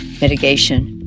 mitigation